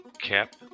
Cap